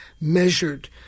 measured